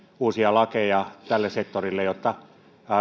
uusia lakeja tälle sektorille jotta